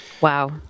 wow